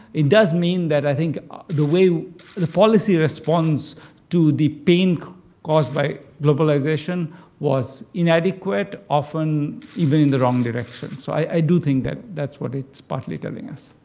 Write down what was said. it does mean that i think the way the policy responds to the pain caused by globalization was inadequate, often even in the wrong direction. so i do think that that's what it's partly telling us.